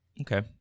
Okay